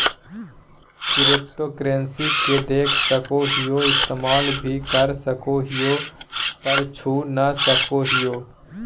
cryptocurrency के देख सको हीयै इस्तेमाल भी कर सको हीयै पर छू नय सको हीयै